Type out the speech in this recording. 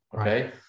okay